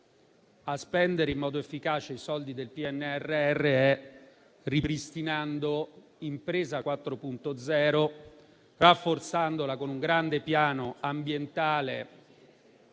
a spendere in modo efficace i soldi del PNRR sia ripristinare Impresa 4.0, rafforzandola con un grande piano ambientale